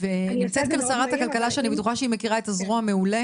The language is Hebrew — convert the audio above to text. ונמצאת כאן שרת הכלכלה שאני בטוחה שהיא מכירה את הזרוע מעולה